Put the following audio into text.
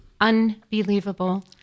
unbelievable